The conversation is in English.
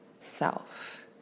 self